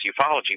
ufology